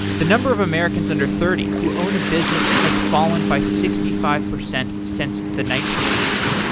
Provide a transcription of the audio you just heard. the number of americans under thirty who own a business has fallen by sixty five percent since the nineteen eighty s.